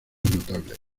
notables